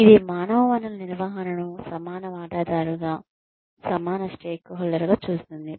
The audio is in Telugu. ఇది మానవ వనరుల నిర్వహణను సమాన వాటాదారుగా సమాన స్టేక్ హోల్డర్ చూస్తుంది